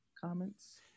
comments